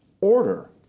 order